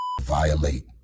violate